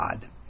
God